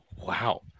Wow